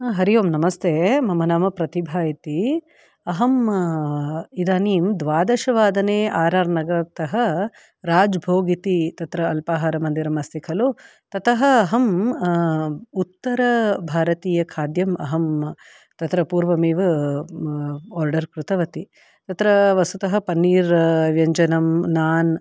हरि ओम् नमस्ते मम नाम प्रतिभा इति अहं इदानीं द्वादशवादने आर् आर् नगरतः राज् भोग् इति तत्र अल्पाहारं मन्दिरम् अस्ति खलु ततः अहं उत्तरभारतीयखाद्यम् अहं तत्र पूर्वमेव आर्डर् कृतवती तत्र वस्तुतः पनीर् व्यञ्जनं नान्